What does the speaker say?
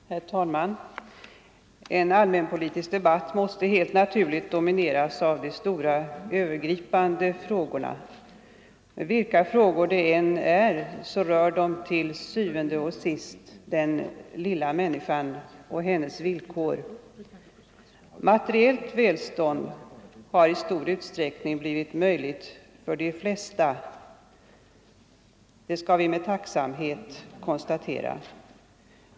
Herr talman! En allmänpolitisk debatt måste helt naturligt domineras av de stora övergripande frågorna. Vilka frågor det än är, rör de til syvende og sidst den lilla människan och hennes villkor. Materiellt välstånd har i stor utsträckning blivit möjligt för de flesta — det skall vi med stor tacksamhet konstatera.